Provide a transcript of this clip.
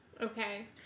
Okay